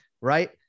right